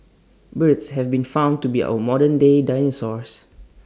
birds have been found to be our modern day dinosaurs